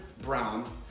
Brown